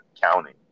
counting